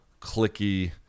clicky